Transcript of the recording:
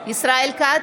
ישראל כץ,